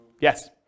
Yes